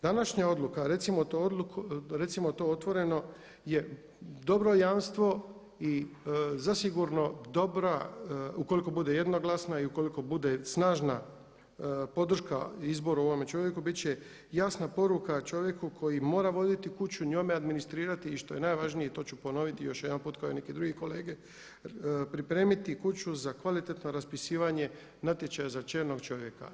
Današnja odluka recimo to otvoreno je dobro jamstvo i zasigurno dobra, ukoliko bude jednoglasna i ukoliko bude snažna podrška izboru ovome čovjeku bit će jasna poruka čovjeku koji mora vodit kuću, njome administrirati i što je najvažnije i to ću ponoviti još jedanput kao i neki drugi kolege pripremiti kuću za kvalitetno raspisivanje natječaja za čelnog čovjeka.